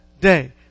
day